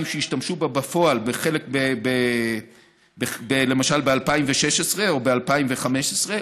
שהשתמשו בה בפועל למשל ב-2016 או ב-2015.